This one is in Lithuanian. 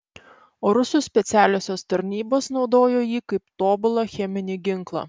o rusų specialiosios tarnybos naudojo jį kaip tobulą cheminį ginklą